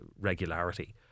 regularity